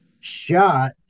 Shot